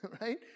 right